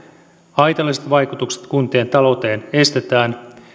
haitalliset vaikutukset kuntien talouteen estetään